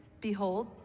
Behold